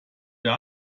der